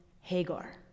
Hagar